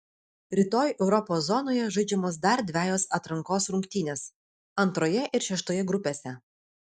rytoj europos zonoje žaidžiamos dar dvejos atrankos rungtynės antroje ir šeštoje grupėse